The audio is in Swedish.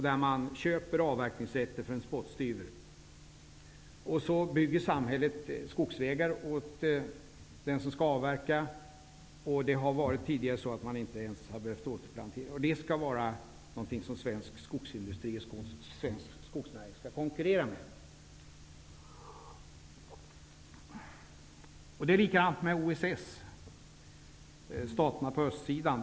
Där köper man avverkningsrätter för en spottstyver. Samhället bygger skogsvägar åt den som skall avverka. Tidigare har man inte ens behövt återplantera. Och det skall vara något som svensk skogsindustri och skogsnäring skall konkurrera med. Det är likadant med OS, staterna på östsidan.